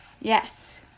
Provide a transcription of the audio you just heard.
Yes